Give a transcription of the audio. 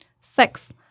Six